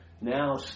now